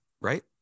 right